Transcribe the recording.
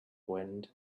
wind